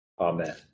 Amen